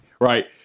right